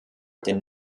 den